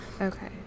Okay